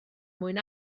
mwyn